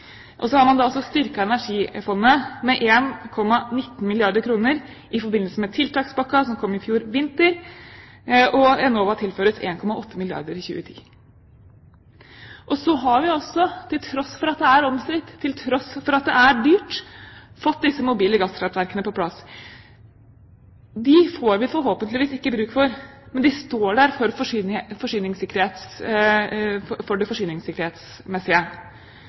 har prioritet. Man har styrket Energifondet med 1,19 milliarder kr i forbindelse med tiltakspakken som kom i fjor vinter, og Enova tilføres 1,8 milliarder kr i 2010. Så har vi også, til tross for at det er omstridt, til tross for at det er dyrt, fått de mobile gasskraftverkene på plass. Dem får vi forhåpentligvis ikke bruk for, men de står der, rent forsyningssikkerhetsmessig. Så lenge linjene ikke er nede, så lenge det